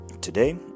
today